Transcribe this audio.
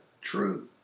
true